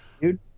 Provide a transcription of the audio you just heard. dude